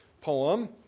poem